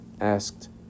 asked